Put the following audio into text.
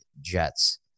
Jets